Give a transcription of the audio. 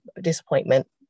disappointment